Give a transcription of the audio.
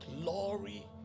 glory